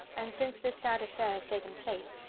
and since this sad affair has taken place,